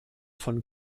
von